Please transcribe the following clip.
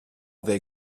they